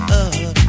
up